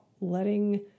letting